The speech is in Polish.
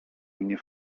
mnie